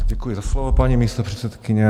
Děkuji za slovo, paní místopředsedkyně.